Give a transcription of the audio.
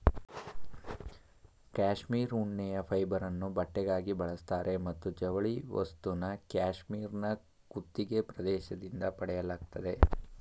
cashmere ಉಣ್ಣೆಯ ಫೈಬರನ್ನು ಬಟ್ಟೆಗಾಗಿ ಬಳಸ್ತಾರೆ ಮತ್ತು ಜವಳಿ ವಸ್ತುನ ಕ್ಯಾಶ್ಮೀರ್ನ ಕುತ್ತಿಗೆ ಪ್ರದೇಶದಿಂದ ಪಡೆಯಲಾಗ್ತದೆ